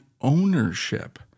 ownership